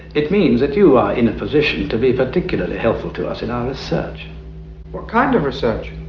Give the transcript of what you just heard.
it means that you are in a position to be particularly helpful to us in our research. what kind of research?